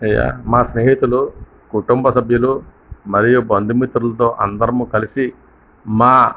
అయ్యా మా స్నేహితులు కుటుంబసభ్యులు మరియు బంధుమిత్రులతో అందరమూ కలిసి మా